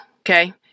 Okay